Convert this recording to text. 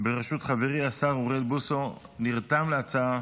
בראשות חברי, השר אוריאל בוסו, נרתם להצעה,